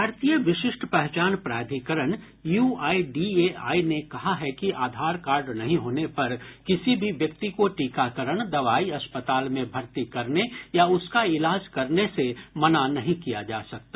भारतीय विशिष्ट पहचान प्राधिकरण यूआईडीएआई ने कहा है कि आधार कार्ड नहीं होने पर किसी भी व्यक्ति को टीकाकरण दवाई अस्पताल में भर्ती करने या उसका इलाज करने से मना नहीं किया जा सकता